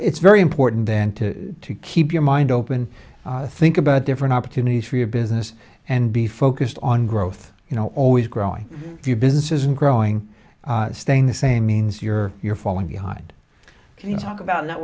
it's very important then to keep your mind open think about different opportunities for your business and be focused on growth you know always growing your business is growing staying the same means you're you're falling behind can you talk about n